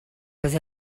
was